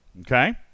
Okay